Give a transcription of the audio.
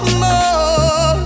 more